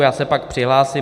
Já se pak přihlásím.